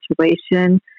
situation